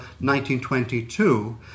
1922